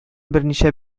берничә